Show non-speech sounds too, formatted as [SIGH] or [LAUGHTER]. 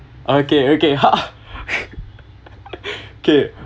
okay okay ha [LAUGHS] okay